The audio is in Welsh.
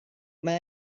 mae